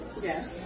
Yes